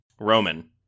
roman